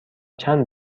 چند